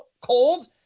cold